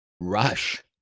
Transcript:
rush